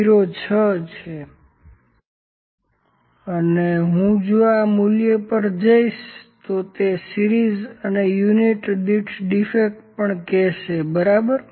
06 છે અને જો હું આ મૂલ્ય પર જઈશ તો તે સીરિઝ અને યુનિટ દીઠ ડીફેક્ટ પણ કહેશે બરાબર